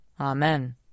Amen